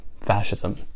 fascism